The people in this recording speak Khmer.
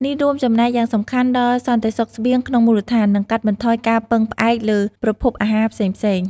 នេះរួមចំណែកយ៉ាងសំខាន់ដល់សន្តិសុខស្បៀងក្នុងមូលដ្ឋាន និងកាត់បន្ថយការពឹងផ្អែកលើប្រភពអាហារផ្សេងៗ។